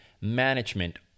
management